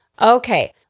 Okay